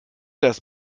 das